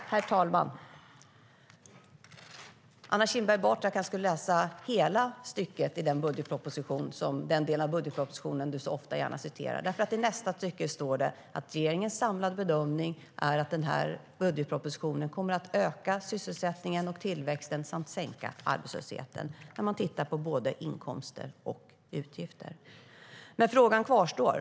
Herr talman! Anna Kinberg Batra kanske skulle läsa fortsättningen av den del av budgetpropositionen som hon så ofta och gärna citerar. I nästa stycke står det nämligen att regeringens samlade bedömning är att budgetpropositionen kommer att öka sysselsättningen och tillväxten samt sänka arbetslösheten, när man tittar på både inkomster och utgifter. Men frågan kvarstår.